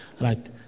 Right